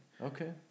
Okay